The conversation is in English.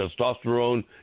testosterone